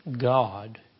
God